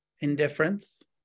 Indifference